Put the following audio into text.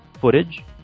footage